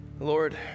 Lord